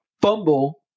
Fumble